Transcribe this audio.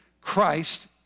Christ